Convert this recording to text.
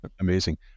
amazing